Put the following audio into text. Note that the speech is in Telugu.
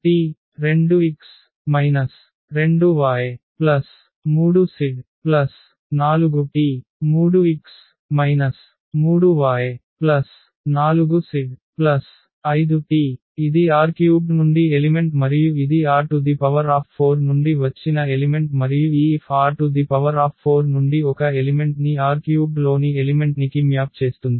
కాబట్టి Fxyztx yzt2x 2y3z4t3x 3y4z5t ఇది R³ నుండి ఎలిమెంట్ మరియు ఇది R⁴ నుండి వచ్చిన ఎలిమెంట్ మరియు ఈ F R⁴ నుండి ఒక ఎలిమెంట్ ని R³ లోని ఎలిమెంట్నికి మ్యాప్ చేస్తుంది